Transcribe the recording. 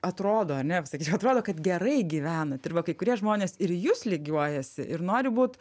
atrodo ar ne sakyčiau atrodo kad gerai gyvenat ir va kai kurie žmonės ir į jus lygiuojasi ir nori būt